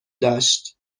داشت